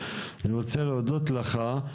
אני רוצה להודות לך.